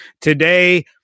Today